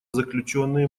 заключенные